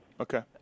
okay